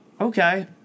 okay